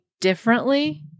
differently